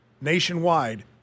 nationwide